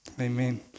Amen